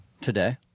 Today